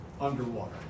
underwater